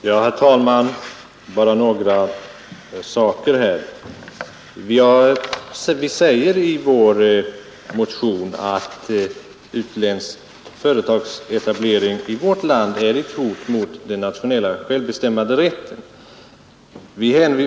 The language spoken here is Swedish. Herr talman! Bara några ord! Vi säger i vår motion att utländsk företagsetablering i vårt land är ett hot mot den nationella självbestämmanderätten.